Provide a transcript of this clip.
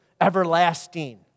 everlasting